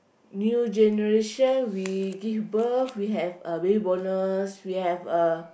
new generation we give birth we have a baby bonus we have uh